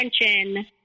attention